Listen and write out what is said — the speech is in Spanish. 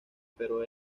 pero